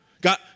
God